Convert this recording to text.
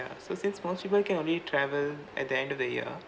ya so since most people can only travel at the end of the year